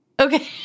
Okay